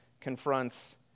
confronts